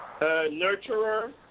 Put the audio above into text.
nurturer